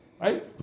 right